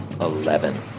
eleven